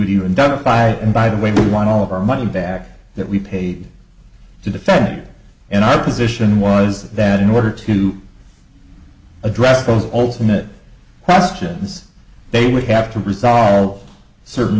and done it by and by the way we want all of our money back that we paid to defend it in our position was that in order to address those alternate questions they would have to resolve certain